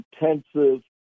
intensive